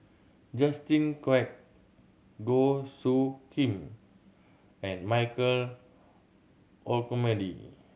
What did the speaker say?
Justin Quek Goh Soo Khim and Michael Olcomendy